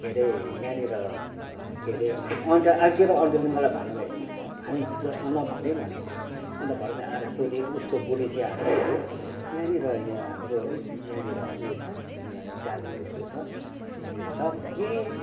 के अरे यहाँनिर के अरे अन्त आर्के र अङ्टलले मलाई भनेको भएदेखि हामी भित्र छ भन्दै भनेको थिएन अन्त भरे त आएर सोध्यो उसको बुढी चाहिँ आएर सोध्यो यहाँनिर यहाँ हाम्रो यहाँनिर उयो छ यहाँ दाजु यस्तो छ यहाँनिर छ भन्यो ए